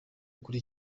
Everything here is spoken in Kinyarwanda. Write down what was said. kuri